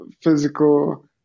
physical